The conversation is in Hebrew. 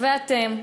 ואתם,